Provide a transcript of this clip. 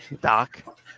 Doc